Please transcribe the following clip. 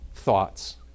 thoughts